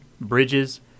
Bridges –